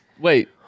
wait